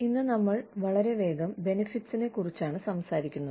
ഇന്ന് നമ്മൾ വളരെ വേഗം ബെനിഫിറ്റ്സിനെ കുറിച്ച് സംസാരിക്കും